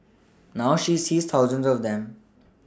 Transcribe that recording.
now she sees thousands of them